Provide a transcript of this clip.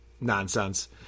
nonsense